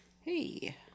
Hey